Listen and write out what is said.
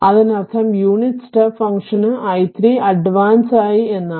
അതിനർത്ഥം unit step ഫങ്ക്ഷന് i3 advance ആയി എന്നാണ്